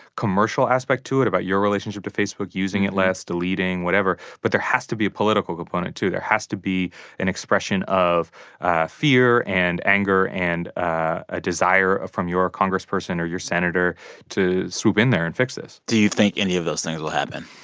commercial aspect to it about your relationship to facebook, using it less, deleting, whatever. but there has to be a political component too. there has to be an expression of fear and anger and a desire from your congressperson or your senator to swoop in there and fix this do you think any of those things will happen?